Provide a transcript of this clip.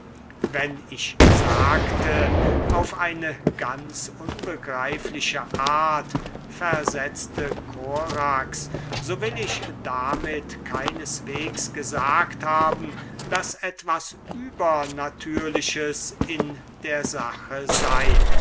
wenn ich sagte auf eine ganz unbegreifliche art versetzte korax so will ich damit keineswegs gesagt haben daß etwas übernatürliches in der sache sei